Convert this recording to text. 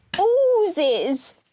oozes